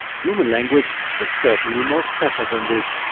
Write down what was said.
human language is certainly more special than this,